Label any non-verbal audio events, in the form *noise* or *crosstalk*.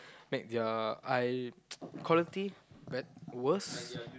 make their eye *noise* quality bad worse